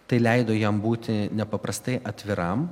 tai leido jam būti nepaprastai atviram